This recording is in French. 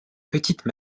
petite